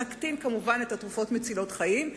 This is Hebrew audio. נקטין כמובן את מספר התרופות מצילות החיים,